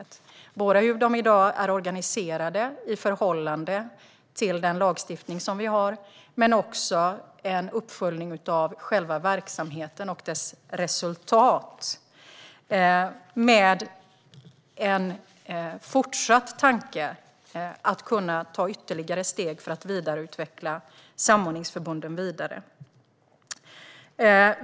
Det handlar både om hur de i dag är organiserade i förhållande till den lagstiftning vi har och om en uppföljning av själva verksamheten och dess resultat, med en tanke om att kunna ta ytterligare steg för att utveckla samordningsförbunden vidare.